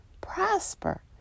prosper